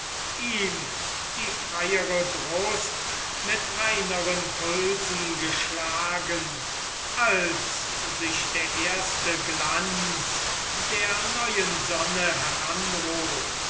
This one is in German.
ihm die freiere brust mit reineren pulsen geschlagen als sich der erste glanz der neuen sonne heranhob